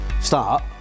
start